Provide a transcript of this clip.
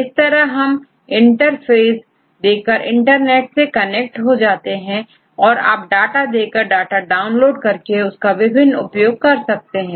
इस तरह हम इंटरफेस देकर इंटरनेट से कनेक्ट हो सकते हैं और आप डाटा देकर या डाटा डाउनलोड कर उसकी विभिन्न उपयोग कर सकते हैं